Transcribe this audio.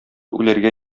үләргә